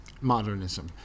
modernism